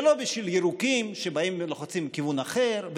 ולובי של ירוקים שבאים ולוחצים בכיוון אחר,